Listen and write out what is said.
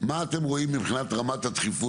מה אתם רואים מבחינת רמת הדחיפות?